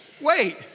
wait